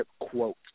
quote